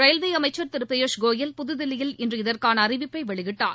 railway அமைச்சர் திரு பியூஷ் கோயல் புதுதில்லியில் இன்று இதற்கான அறிவிப்பை வெளியிட்டார்